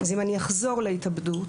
אם אני אחזור להתאבדות,